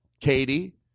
Katie